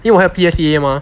因为我还有 P_S_A mah